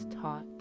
taught